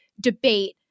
debate